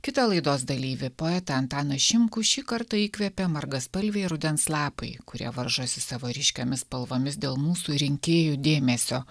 kitą laidos dalyvį poetą antaną šimkų šį kartą įkvėpė margaspalviai rudens lapai kurie varžosi savo ryškiomis spalvomis dėl mūsų rinkėjų dėmesio